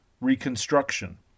reconstruction